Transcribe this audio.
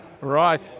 Right